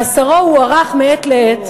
מאסרו הוארך מעת לעת